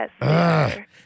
Yes